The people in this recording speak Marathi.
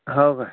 हो काय